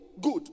good